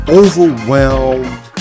overwhelmed